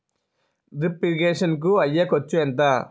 Drip irrigation కూ అయ్యే ఖర్చు ఎంత?